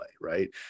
right